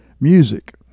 music